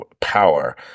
power